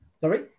Sorry